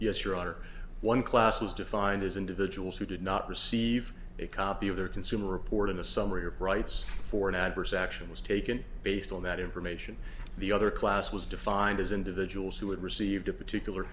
yes your honor one class was defined as individuals who did not receive a copy of their consumer report in the summary of rights for an adverse action was taken based on that information the other class was defined as individuals who had received a particular